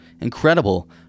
incredible